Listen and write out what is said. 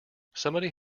somebody